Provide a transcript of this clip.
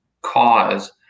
cause